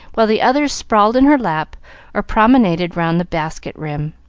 while the others sprawled in her lap or promenaded round the basket rim.